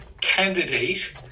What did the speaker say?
candidate